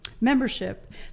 membership